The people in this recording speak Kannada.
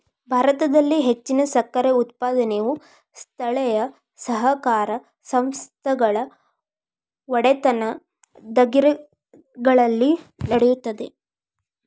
ಭಾರತದಲ್ಲಿ ಹೆಚ್ಚಿನ ಸಕ್ಕರೆ ಉತ್ಪಾದನೆಯು ಸ್ಥಳೇಯ ಸಹಕಾರ ಸಂಘಗಳ ಒಡೆತನದಗಿರಣಿಗಳಲ್ಲಿ ನಡೆಯುತ್ತದೆ